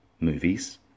Movies